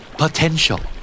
potential